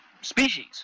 species